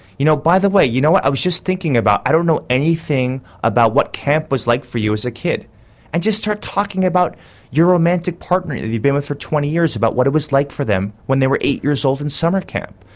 you know, by the way you know i was just thinking about i don't know anything about what camp was like for you as a kid and just start talking about your romantic partner that you've been with for twenty years of what it was like for them when they were eight years old in summer camp.